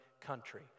country